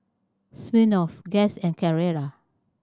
Smirnoff Guess and Carrera